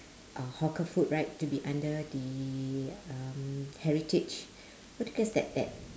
uh hawker food right to be under the um heritage what do g~ that that